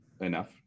enough